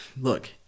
look